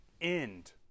end